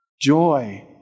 joy